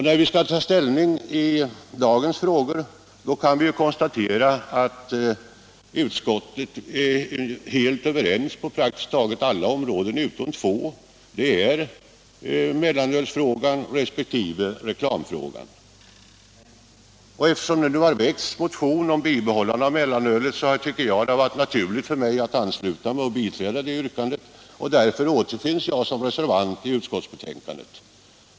När vi nu skall ta ställning till dagens frågor kan vi konstatera att utskottet är helt överens på praktiskt taget alla områden utom två, mellanölsfrågan resp. reklamfrågan. Eftersom det väckts en motion om bibehållande av mellanölet har det varit naturligt för mig att biträda det yrkandet, och därför återfinns jag som reservant i utskottsbetänkandet.